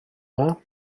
dda